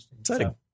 exciting